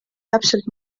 täpselt